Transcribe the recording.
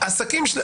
עסקים שלמים.